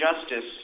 justice